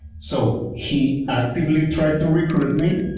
so he actively tried to recruit me,